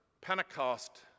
Pentecost